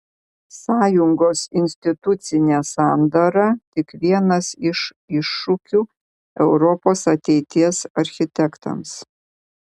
sąjungos institucinė sandara tik vienas iš iššūkių europos ateities architektams